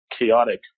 chaotic